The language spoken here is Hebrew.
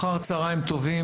אחר צוהריים טובים,